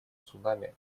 цунами